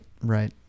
Right